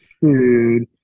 food